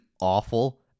awful